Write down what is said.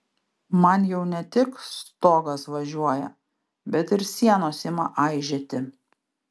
man jau ne tik stogas važiuoja bet ir sienos ima aižėti